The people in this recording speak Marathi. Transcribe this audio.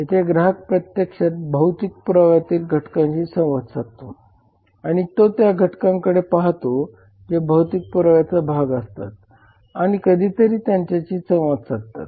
येथे ग्राहक प्रत्यक्षात भौतिक पुराव्यातील घटकांशी संवाद साधतो आणि तो त्या घटकांकडे पाहतो जे भौतिक पुराव्याचा भाग असतात आणि कधीतरी त्यांच्याशी संवाद साधतात